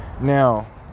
Now